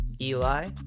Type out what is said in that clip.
Eli